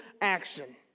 action